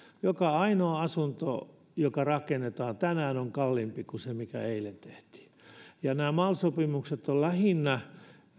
joka ainoa asunto joka rakennetaan tänään on kalliimpi kuin se se mikä eilen tehtiin nämä mal sopimukset ovat lähinnä